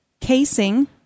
casing